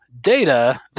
data